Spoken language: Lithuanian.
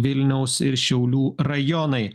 vilniaus ir šiaulių rajonai